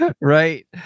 right